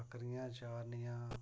बक्करियां चारनियां